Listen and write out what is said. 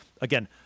again